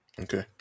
Okay